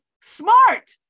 smart